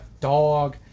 dog